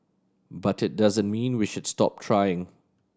but it doesn't mean we should stop trying